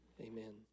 Amen